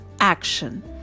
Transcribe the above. action